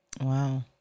Wow